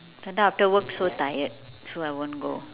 sometimes after work so tired so I won't go